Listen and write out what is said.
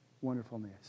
wonderfulness